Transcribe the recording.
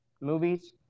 movies